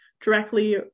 directly